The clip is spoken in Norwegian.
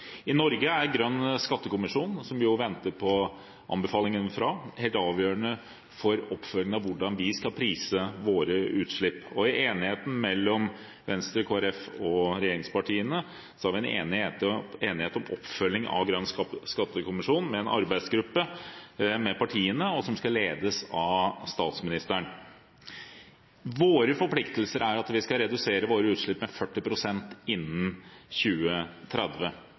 i de ulike landene. I Norge venter vi på anbefalingen fra Grønn skattekommisjon, som jo er helt avgjørende for oppfølgingen av hvordan vi skal prise våre utslipp. Og Venstre, Kristelig Folkeparti og regjeringspartiene er enige om en oppfølging av Grønn skattekommisjon med en arbeidsgruppe med partiene, og som skal ledes av statsministeren. Våre forpliktelser er at vi skal redusere våre utslipp med 40 pst. innen 2030,